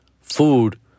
food